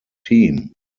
team